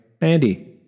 Andy